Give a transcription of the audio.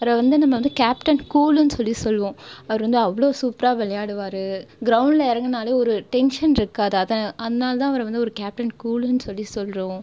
அப்புறம் வந்து நம்ம வந்து கேப்டன் கூல்லுனு சொல்லி சொல்வோம் அவர் வந்து அவ்வளோ சூப்பராக விளையாடுவார் கிரவுண்டில் இறங்கினாலே ஒரு டென்ஷன் இருக்காது அதுதான் அதனால தான் அவரை வந்து ஒரு கேப்டன் கூல்லுனு சொல்லி சொல்கிறோம்